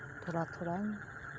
ᱛᱷᱚᱲᱟ ᱛᱷᱚᱲᱟᱧ